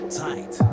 tight